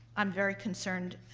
i'm very concerned.